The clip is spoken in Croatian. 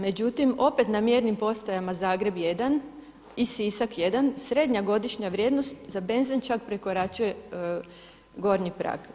Međutim, opet na mjernim postajama Zagreb jedan i Sisak jedan srednja godišnja vrijednost za benzen čak prekoračuje gornji prag.